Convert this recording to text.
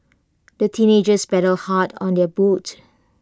the teenagers paddled hard on their boat